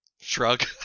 Shrug